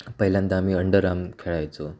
पहिल्यांदा आम्ही underarm खेळायचो